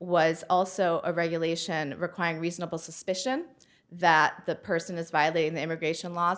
was also a regulation requiring reasonable suspicion that the person is violating the immigration laws